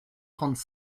trente